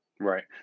Right